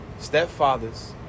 Stepfathers